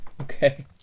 Okay